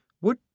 Would